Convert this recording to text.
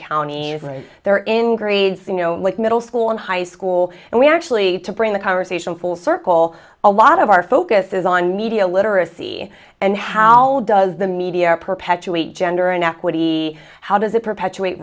counties right there in grades you know like middle school and high school and we actually to bring the conversation full circle a lot of our focus is on media literacy and how does the media perpetuate gender and ask what he how does it perpetuate